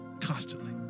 constantly